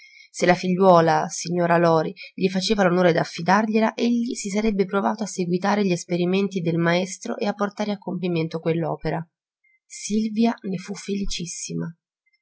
se la figliuola signora lori gli faceva l'onore d'affidargliela egli si sarebbe provato a seguitare gli esperimenti del maestro e a portare a compimento quell'opera silvia ne fu felicissima